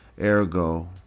Ergo